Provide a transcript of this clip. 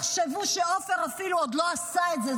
תחשבו שעופר אפילו לא עשה את זה.